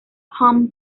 home